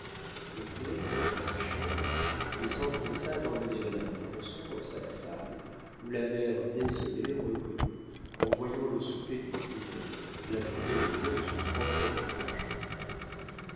le curé quitta ses chanvres et s'empressa d'emmener madame granson dans sa salle où la mère désolée reconnut en voyant le souper du curé la frugalité de son propre ménage